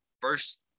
first